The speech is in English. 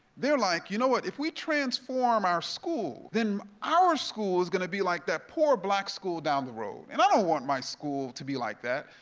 they're like, you know what? if we transform our school, then our school is going to be like that poor black school down the road, and i don't want my school to be like that.